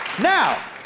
Now